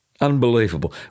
Unbelievable